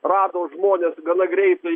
rado žmones gana greitai